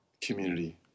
community